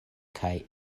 kaj